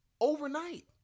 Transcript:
Overnight